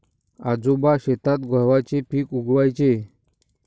आजोबा शेतात गव्हाचे पीक उगवयाचे